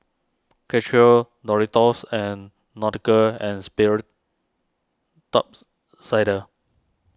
Karcher Doritos and Nautica and Sperry Tops Sider